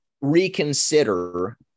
reconsider